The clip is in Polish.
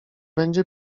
będzie